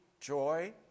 joy